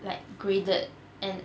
like graded and